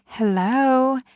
Hello